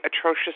atrocious